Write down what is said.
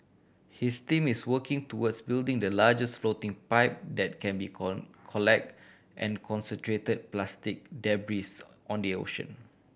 his team is working towards building the largest floating pipe that can be collect and concentrate plastic debris on the ocean